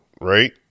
right